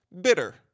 bitter